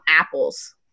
apples